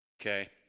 Okay